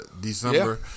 December